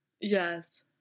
Yes